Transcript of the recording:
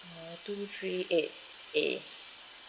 one two three eight A